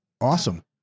awesome